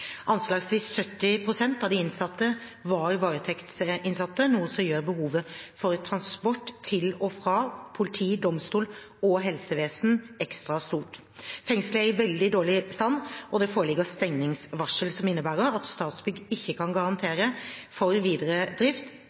Anslagsvis 70 pst. av de innsatte var varetektsinnsatte, noe som gjør behovet for transport til og fra politi, domstol og helsevesen ekstra stort. Fengselet er i veldig dårlig stand, og det foreligger stengningsvarsel, som innebærer at Statsbygg ikke kan garantere for videre drift